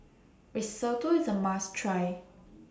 Risotto IS A must Try